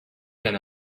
than